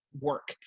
work